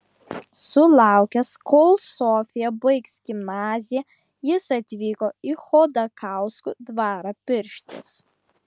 sulaukęs kol sofija baigs gimnaziją jis atvyko į chodakauskų dvarą pirštis